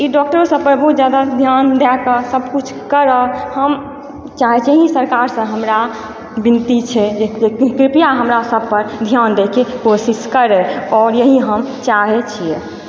ई doctor सभपर बहुत जादा ध्यान दऽ कऽ सभकिछु करऽ हम चाहै छियै इएह सरकारसँ हमरा बिनती छै एते कि कृपया हमरा सभपर ध्यान दयके कोशिश करै आओर यही हम चाहै छियै